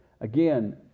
Again